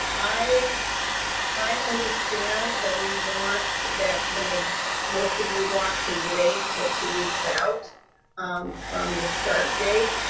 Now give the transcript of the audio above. i i understand that we want, that the most most of you want to wait until two weeks out from the start date.